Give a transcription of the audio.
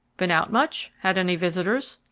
been out much? had any visitors?